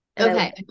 Okay